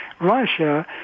Russia